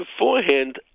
beforehand